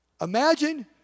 imagine